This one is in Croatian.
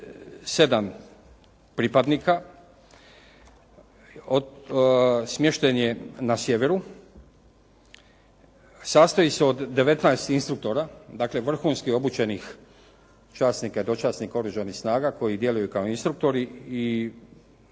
27 pripadnika, smješten je na sjeveru, sastoji se od 19 instruktora, dakle, vrhunski obučenih časnika i dočasnika oružanih snaga koji djeluju kao instruktori i